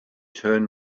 turn